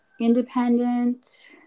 independent